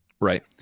Right